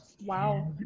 Wow